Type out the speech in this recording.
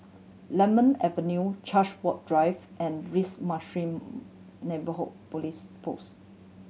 Lemon Avenue Chartwell Drive and Neighbourhood Police Post